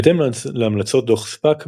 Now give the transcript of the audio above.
בהתאם להמלצות דו"ח ספאק,